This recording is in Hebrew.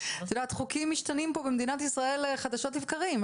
את יודעת חוקים משתנים פה במדינת ישראל חדשות לבקרים.